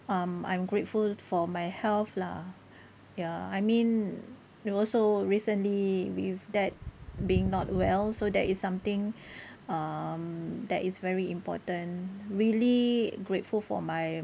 um I'm grateful for my health lah ya I mean you also recently with dad being not well so that is something um that is very important really grateful for my